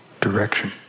direction